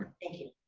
and thank you.